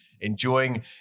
enjoying